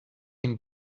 can